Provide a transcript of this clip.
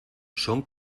son